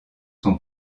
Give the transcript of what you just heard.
son